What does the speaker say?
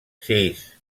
sis